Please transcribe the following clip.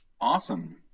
Awesome